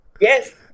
Yes